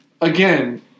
again